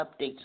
updates